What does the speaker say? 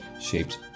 shapes